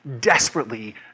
desperately